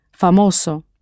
famoso